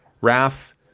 Raf